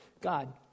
God